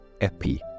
epi